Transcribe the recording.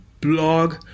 blog